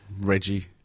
Reggie